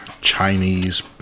Chinese